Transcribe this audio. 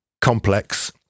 complex